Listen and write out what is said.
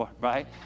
Right